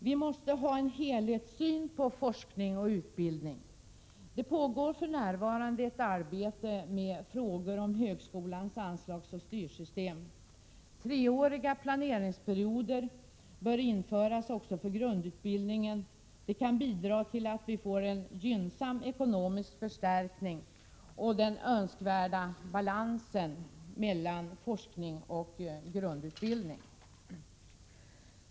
Vi måste ha en helhetssyn på forskning och utbildning. Det pågår för närvarande inom regeringskansliet ett arbete med frågor om högskolans anslagsoch styrsystem. Treåriga planeringsperioder bör införas också för grundutbildningen. Det kan bidra till att vi får en gynnsam ekonomisk förstärkning och en önskvärd balans mellan forskning och grundutbildning.